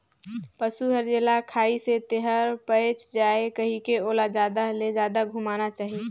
पसु हर जेला खाइसे तेहर पयच जाये कहिके ओला जादा ले जादा घुमाना चाही